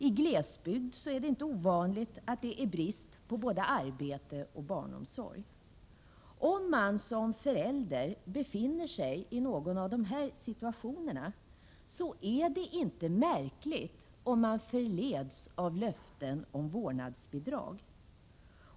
I glesbygden är det inte ovanligt att det är brist på både arbete och barnomsorg. Om man som förälder befinner sig i någon av dessa situationer är det inte märkligt om man förleds av löften om vårdnadsbidrag.